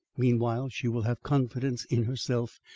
meanwhile she will have confidence in herself,